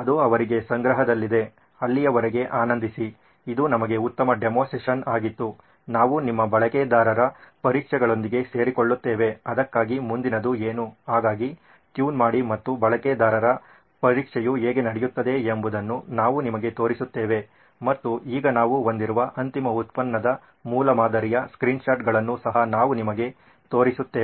ಅದು ಅವರಿಗೆ ಸಂಗ್ರಹದಲ್ಲಿದೆ ಅಲ್ಲಿಯವರೆಗೆ ಆನಂದಿಸಿ ಇದು ನಮಗೆ ಉತ್ತಮ ಡೆಮೊ ಸೆಷನ್ ಆಗಿತ್ತು ನಾವು ನಿಮ್ಮ ಬಳಕೆದಾರರ ಪರೀಕ್ಷೆಗಳೊಂದಿಗೆ ಸೇರಿಕೊಳ್ಳುತ್ತೇವೆ ಅದಕ್ಕಾಗಿ ಮುಂದಿನದು ಏನು ಹಾಗಾಗಿ ಟ್ಯೂನ್ ಮಾಡಿ ಮತ್ತು ಬಳಕೆದಾರರ ಪರೀಕ್ಷೆಯು ಹೇಗೆ ನಡೆಯುತ್ತದೆ ಎಂಬುದನ್ನು ನಾವು ನಿಮಗೆ ತೋರಿಸುತ್ತೇವೆ ಮತ್ತು ಈಗ ನಾವು ಹೊಂದಿರುವ ಅಂತಿಮ ಉತ್ಪನ್ನದ ಮೂಲಮಾದರಿಯ ಸ್ಕ್ರೀನ್ಶಾಟ್ಗಳನ್ನು ಸಹ ನಾವು ನಿಮಗೆ ತೋರಿಸುತ್ತೇವೆ